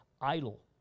idle